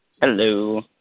Hello